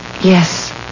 Yes